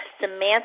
Samantha